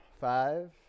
Five